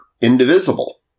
indivisible